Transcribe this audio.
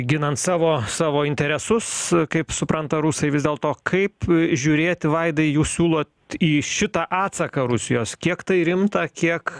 ginant savo savo interesus kaip supranta rusai vis dėl to kaip žiūrėti vaidai jūs siūlot į šitą atsaką rusijos kiek tai rimta kiek